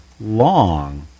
long